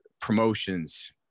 promotions